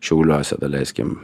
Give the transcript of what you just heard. šiauliuose daleiskim